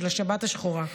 של השבת השחורה.